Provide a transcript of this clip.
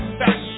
back